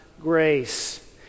grace